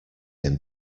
him